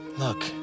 Look